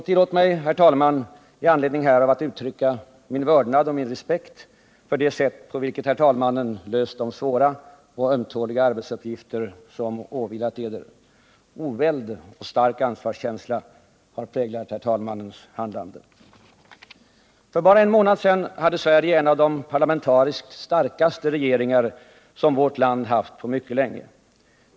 Tillåt mig, herr talman, att med anledning härav uttrycka min vördnad och respekt för det sätt på vilket herr talmannen löst de svåra och ömtåliga arbetsuppgifter som åvilat er. Oväld och stark ansvarskänsla har präglat herr talmannens handlande. För bara en månad sedan hade Sverige en av de parlamentariskt starkaste regeringar som vårt land haft på mycket länge.